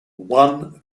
one